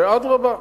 ואדרבה,